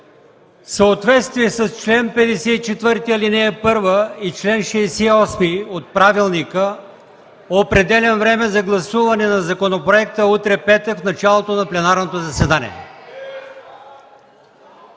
В съответствие с чл. 54, ал. 1 и чл. 68 от правилника определям време за гласуване на законопроекта утре, петък, в началото на пленарното заседание.